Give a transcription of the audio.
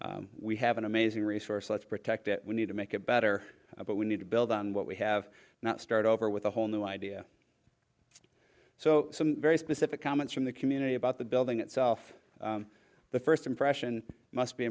we have an amazing resource let's protect it we need to make it better but we need to build on what we have not start over with a whole new idea so some very specific comments from the community about the building itself the first impression must be